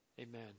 amen